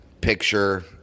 picture